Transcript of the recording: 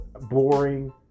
boring